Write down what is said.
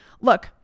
Look